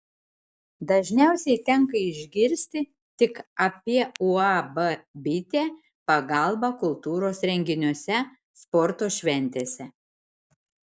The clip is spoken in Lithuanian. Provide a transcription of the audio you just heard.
dažniausiai tenka išgirsti tik apie uab bitė pagalbą kultūros renginiuose sporto šventėse